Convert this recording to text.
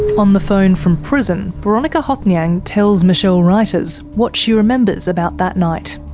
on the phone from prison, boronika hothnyang tells michele ruyters what she remembers about that night.